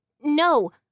No